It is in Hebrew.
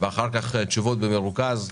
ואחר כך תשובות במרוכז.